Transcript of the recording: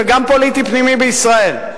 וגם פוליטי פנימי בישראל.